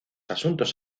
asuntos